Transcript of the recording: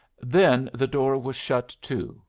then the door was shut to,